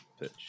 pitch